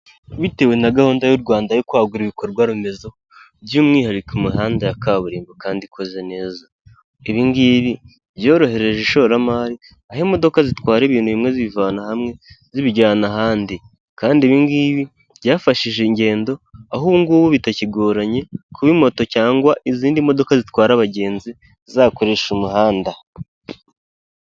Bitewe na gahunda y'u Rwanda yo kwagura ibikorwa remezo by'umwihariko imihanda ya kaburimbo kandi ikoze neza, ibi ngibi byorohereje ishoramari, aho imodoka zitwara ibintu bimwe zibivana hamwe zibijyana ahandi kandi ibi ngibi byafashije ingendo, aho ubu ngubu bitakigoranye kuba moto cyangwa izindi modoka zitwara abagenzi zakoresha umuhanda.